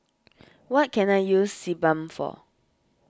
what can I use Sebamed for